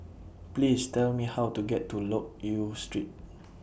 Please Tell Me How to get to Loke Yew Street